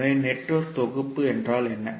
எனவே நெட்வொர்க் தொகுப்பு என்றால் என்ன